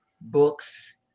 books